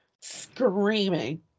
screaming